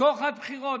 שוחד בחירות.